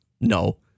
No